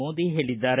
ಮೋದಿ ಹೇಳಿದ್ದಾರೆ